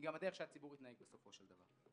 היא גם הדרך שבה הציבור יתנהג בסופו של דבר.